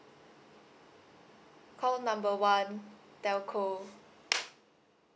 call number one telco